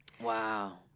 Wow